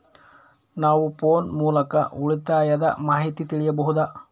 ನಾವು ಫೋನ್ ಮೂಲಕ ಉಳಿತಾಯದ ಮಾಹಿತಿ ತಿಳಿಯಬಹುದಾ?